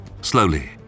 Slowly